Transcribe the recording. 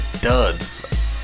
duds